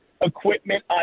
equipment